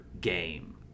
game